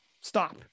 Stop